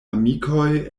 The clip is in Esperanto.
amikoj